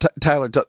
Tyler